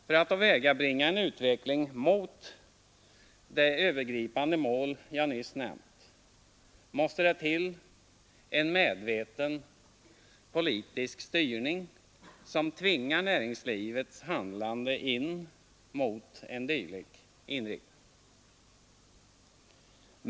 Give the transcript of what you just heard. För att åvägabringa en utveckling mot det övergripande mål jag nyss nämnt måste det till en medveten politisk styrning som tvingar näringslivets handlande in mot en dylik inriktning.